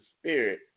Spirit